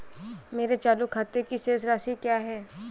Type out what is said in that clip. मेरे चालू खाते की शेष राशि क्या है?